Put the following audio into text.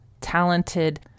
talented